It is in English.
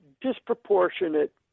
disproportionate